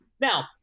Now –